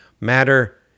matter